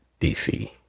DC